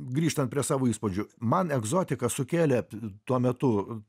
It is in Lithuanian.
grįžtant prie savo įspūdžių man egzotiką sukėlė tuo metu